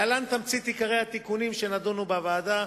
להלן תמצית עיקרי התיקונים שנדונו בוועדה.